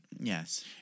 Yes